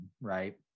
right